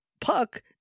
puck